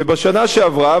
ובשנה שעברה,